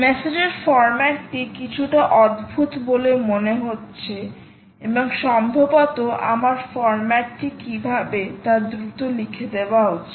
মেসেজের ফর্ম্যাটটি কিছুটা অদ্ভুত বলে মনে হচ্ছে এবং সম্ভবত আমার ফর্ম্যাটটি কীভাবে তা দ্রুত লিখে দেওয়া উচিত